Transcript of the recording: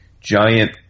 giant